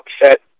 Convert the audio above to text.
upset